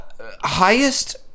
highest